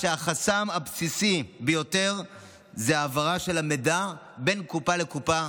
שהחסם הבסיסי ביותר זה העברה של המידע בין קופה לקופה,